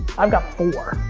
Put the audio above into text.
i've got four,